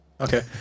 Okay